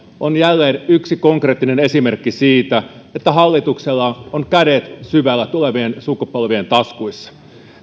on jälleen yksi konkreettinen esimerkki siitä että hallituksella on kädet syvällä tulevien sukupolvien taskuissa